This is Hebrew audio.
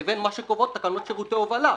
לבין מה שקובעות תקנות שירותי הובלה,